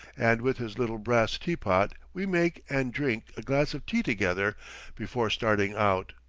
and with his little brass teapot we make and drink a glass of tea together before starting out.